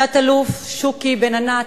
תת-אלוף שוקי בן-ענת,